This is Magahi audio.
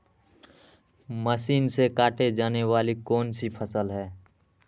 मशीन से काटे जाने वाली कौन सी फसल है?